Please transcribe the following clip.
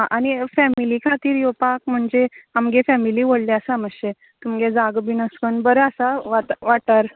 आनी फेमीली खातीर येवपाक म्हणजे आमगे फेमीली व्हडले आसा मात्शे तुमगे जागो बीन अशें कन्न बरो आसा वाता वाठार